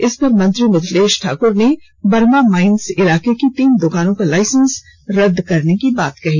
इस पर मंत्री मिथिलेश ठाकर ने वर्मा माइंस इलाके की तीन द्कानों का लाइसेंस रद्द करने की बात कही